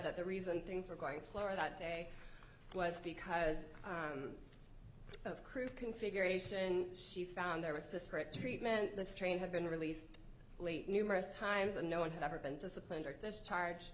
that the reason things were going floor that day was because of crew configuration she found there was disparate treatment the strain had been released late numerous times and no one had ever been disciplined or discharge